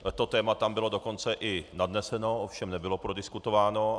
To téma tam bylo dokonce i nadneseno, ovšem nebylo prodiskutováno.